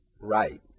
Right